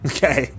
Okay